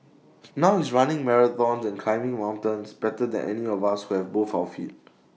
now he's running marathons and climbing mountains better than any of us who have both our feet